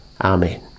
Amen